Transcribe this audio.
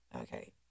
Okay